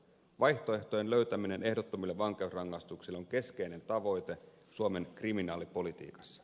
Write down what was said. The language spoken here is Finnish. vaihtoehtojen löytäminen ehdottomille vankeusrangaistuksille on keskeinen tavoite suomen kriminaalipolitiikassa